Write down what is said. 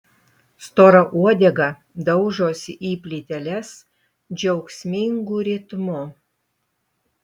stora uodega daužosi į plyteles džiaugsmingu ritmu